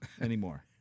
anymore